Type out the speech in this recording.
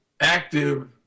active